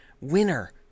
winner